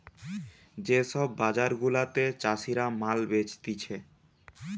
যে সব বাজার গুলাতে চাষীরা মাল বেচতিছে